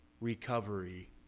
recovery